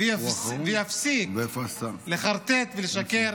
ויפסיק לחרטט ולשקר